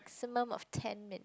maximum of ten minutes